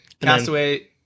Castaway